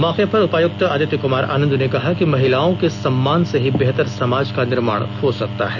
मौके पर उपायुक्त आदित्य कुमार आनंद ने कहा कि महिलाओं के सम्मान से ही बेहतर समाज का निर्माण हो सकता है